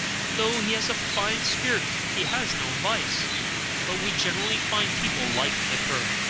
and though he has a fine spirit he has no vice but we generally find people like the curb.